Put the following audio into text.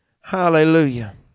Hallelujah